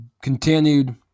continued